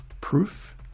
proof